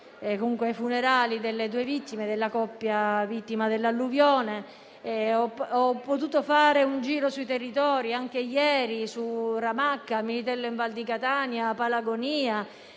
Scordia ai funerali della coppia vittima dell'alluvione. Ho potuto fare un giro sui territori anche ieri su Ramacca, Militello in Val di Catania e Palagonia